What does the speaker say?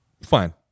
fine